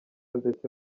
ndetse